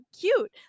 cute